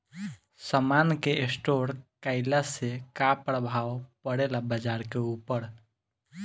समान के स्टोर काइला से का प्रभाव परे ला बाजार के ऊपर?